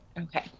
Okay